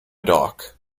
dock